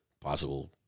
possible